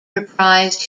reprised